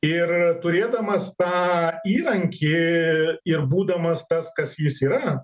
ir turėdamas tą įrankį ir būdamas tas kas jis yra